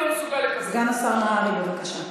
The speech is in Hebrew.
מסוגל, סגן השר נהרי, בבקשה.